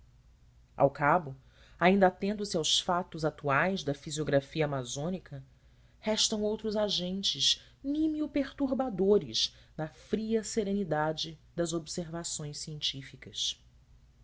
ao cabo ainda atendo se aos fatos atuais da fisiografia amazônica restam outros agentes nímio perturbadores da fria serenidade das observações científicas